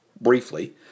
briefly